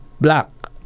black